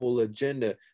agenda